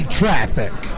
traffic